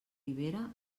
ribera